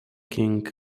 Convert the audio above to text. king